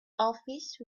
office